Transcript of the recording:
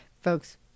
folks